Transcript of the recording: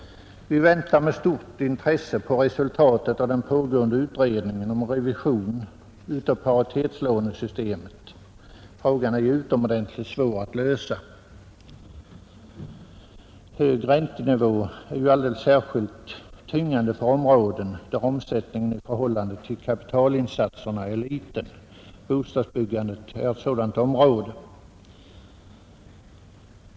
Vi väntar med stort intresse på resultatet av den pågående utredningen om revision av paritetslånesystemet. Frågan är ju utomordentligt svår att lösa. Den höga räntenivån är alldeles särskilt betungande på områden där omsättningen i förhållande till kapitalinsatserna är liten. Bostadsbyggandet är ett sådant område.